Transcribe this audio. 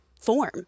form